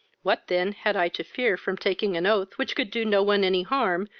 what then had i to fear from taking an oath which could do no one any harm,